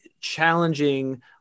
challenging